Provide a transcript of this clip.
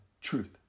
truth